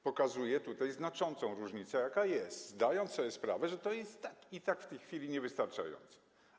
Pokazuję tutaj znaczącą różnicę, jaka jest, zdając sobie sprawę, że i tak to jest w tej chwili niewystarczające.